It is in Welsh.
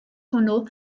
hwnnw